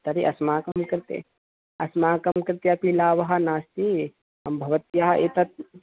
तर्हि अस्माकं कृते अस्माकं कृते अपि लाभः नास्ति अहं भवत्या एतद्